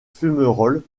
fumerolles